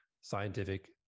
scientific